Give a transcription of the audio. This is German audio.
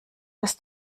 dass